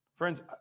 Friends